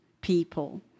people